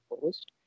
Post